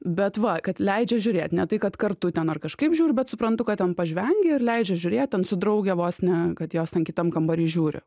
bet va kad leidžia žiūrėt ne tai kad kartu ten ar kažkaip žiūri bet suprantu kad ten pažvengia ir leidžia žiūrėt ten su drauge vos ne kad jos ten kitam kambary žiūri